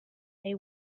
day